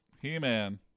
He-Man